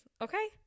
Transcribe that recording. okay